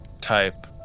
type